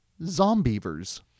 Zombievers